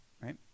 right